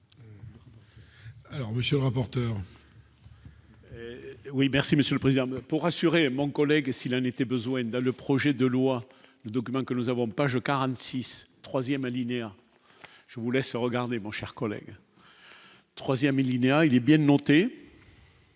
Alors monsieur rapporteur. Oui. Oui, merci Monsieur le Président pour rassurer mon collègue s'il en était besoin, dans le projet de loi document que nous avons, page 46 3ème alinéa, je vous laisse regarder mon cher collègue. 3ème il y a, il est bien montée.